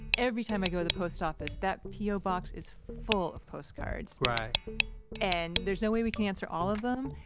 every time i go to the post office, that p o. box is full of postcards right and there's no way we can answer all of them,